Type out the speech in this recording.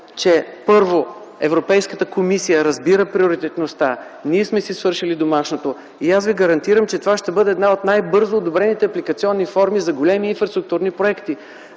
че Европейската комисия разбира приоритетността. Ние сме си свършили „домашното”. Аз ви гарантирам, че това ще бъде една от най-бързо одобрените апликационни форми за големи инфраструктурни проекти.